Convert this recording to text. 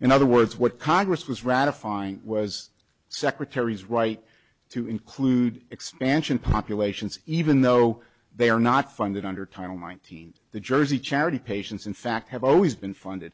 in other words what congress was ratifying was secretary's right to include expansion populations even though they are not funded under title nineteen the jersey charity patients in fact have always been funded